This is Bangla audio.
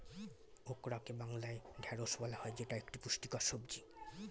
ওকরাকে বাংলায় ঢ্যাঁড়স বলা হয় যেটা একটি পুষ্টিকর সবজি